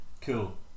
Cool